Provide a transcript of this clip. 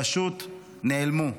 פשוט נעלמו.